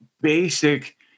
basic